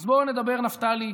אז בוא נדבר, נפתלי,